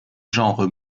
genre